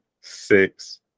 six